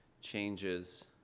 changes